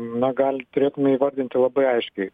na gal turėtume įvardinti labai aiškiai